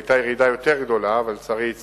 היתה ירידה יותר גדולה, אבל לצערי היא הצטמצמה,